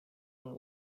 and